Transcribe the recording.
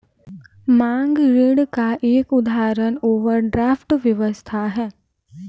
मांग ऋण का एक उदाहरण ओवरड्राफ्ट व्यवस्था है